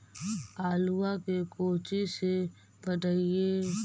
आलुआ के कोचि से पटाइए?